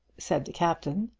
said the captain.